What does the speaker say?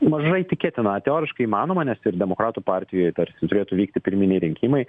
mažai tikėtina teoriškai įmanoma nes ir demokratų partijoje tarsi turėtų vykti pirminiai rinkimai